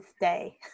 day